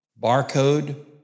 barcode